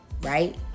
right